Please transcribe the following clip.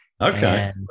Okay